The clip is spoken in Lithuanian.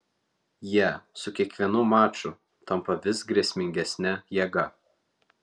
jie su kiekvienu maču tampa vis grėsmingesne jėga